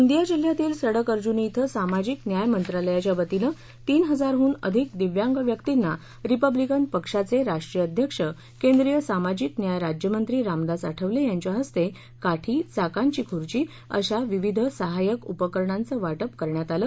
गोंदिया जिल्ह्यातील सडक अर्ज्नी येथे सामाजिक न्याय मंत्रालयाच्या वतीने तीन हजारहून अधिक दिव्यांगव्यक्तिंना रिपब्लिकन पक्षाचे राष्ट्रीय अध्यक्ष केंद्रीय सामाजिक न्याय राज्यमंत्री रामदास आठवले यांच्या हस्ते काठी चाकांची खूर्ची अशा विविध सहाय्यक उपकरणांचे वाटप करण्यात आले